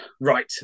Right